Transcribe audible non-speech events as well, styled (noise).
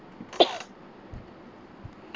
(coughs)